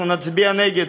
אנחנו נצביע נגד.